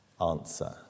answer